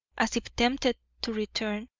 as if tempted to return.